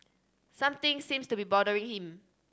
something seems to be bothering him